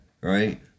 right